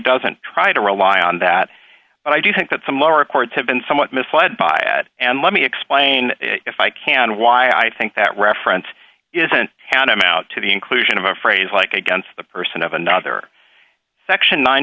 doesn't try to rely on that but i do think that some lower courts have been somewhat misled by that and let me explain if i can why i think that reference isn't hannum out to the inclusion of a phrase like against the person of another section nine